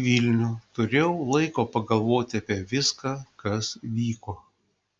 į vilnių turėjau laiko pagalvoti apie viską kas vyko